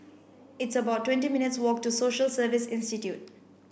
it's about twenty minutes' walk to Social Service Institute